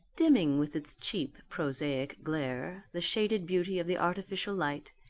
dimming with its cheap prosaic glare the shaded beauty of the artificial light,